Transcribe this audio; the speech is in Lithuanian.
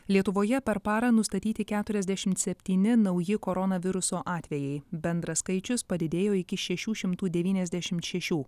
lietuvoje per parą nustatyti keturiasdešimt septyni nauji koronaviruso atvejai bendras skaičius padidėjo iki šešių šimtų devyniasdešimt šešių